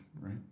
right